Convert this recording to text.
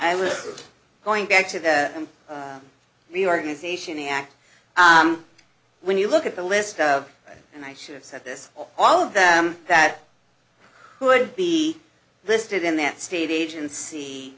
i was going back to the the organization act when you look at the list of and i should have said this all of that could be listed in that state agency